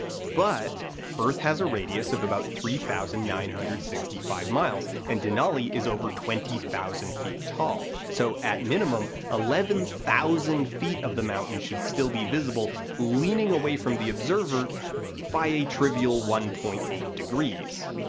but earth has a radius of about three thousand nine hundred and sixty five miles and denali is over twenty thousand feet tall, so at minimum eleven thousand feet of the mountain should still be visible, leaning away from the observer by a trivial one point eight degrees.